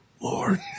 Lord